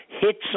hits